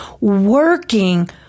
working